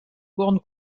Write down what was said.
borne